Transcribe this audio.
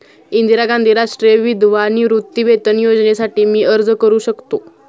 इंदिरा गांधी राष्ट्रीय विधवा निवृत्तीवेतन योजनेसाठी मी अर्ज करू शकतो?